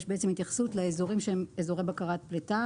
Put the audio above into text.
יש התייחסות לאזורים שהם אזורי בקרת פלטה,